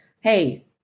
Hey